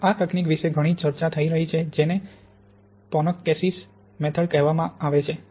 હવે આ તકનીક વિશે ઘણી ચર્ચા થઈ રહી છે જેને પોનકેસીએસ મેથડ કહેવામાં આવે છે